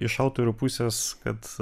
iš autorių pusės kad